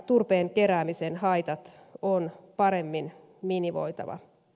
turpeen keräämisen haitat on paremmin minimoitava